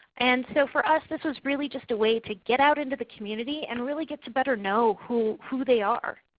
and so for us, this was really just a way to get out into the community and really get to better know who who they are.